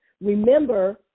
remember